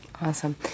Awesome